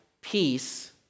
peace